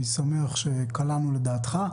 אני שמח שקלענו לדעתך.